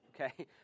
okay